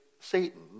Satan